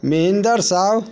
Mahendra Sahu